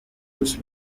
bruce